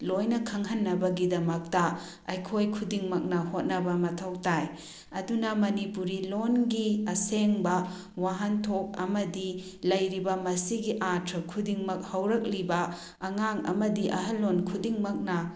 ꯂꯣꯏꯅ ꯈꯪꯍꯟꯅꯕꯒꯤꯗꯃꯛꯇ ꯑꯩꯈꯣꯏ ꯈꯨꯗꯤꯡꯃꯛꯅ ꯍꯣꯠꯅꯕ ꯃꯊꯧ ꯇꯥꯏ ꯑꯗꯨꯅ ꯃꯔꯤꯄꯨꯔꯤ ꯂꯣꯜꯒꯤ ꯑꯁꯦꯡꯕ ꯋꯥꯍꯟꯊꯣꯛ ꯑꯃꯗꯤ ꯂꯩꯔꯤꯕ ꯃꯁꯤꯒꯤ ꯑꯥꯔꯊ ꯈꯨꯗꯤꯡꯃꯛ ꯍꯧꯔꯛꯂꯤꯕ ꯑꯉꯥꯡ ꯑꯃꯗꯤ ꯑꯍꯜꯂꯣꯟ ꯈꯨꯗꯤꯡꯃꯛꯅ